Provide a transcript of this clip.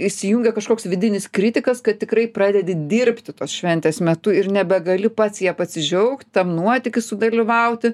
įsijungia kažkoks vidinis kritikas kad tikrai pradedi dirbti tos šventės metu ir nebegali pats ja pasidžiaugt tam nuotyky sudalyvauti